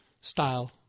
style